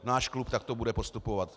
Náš klub takto bude postupovat.